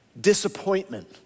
disappointment